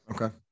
okay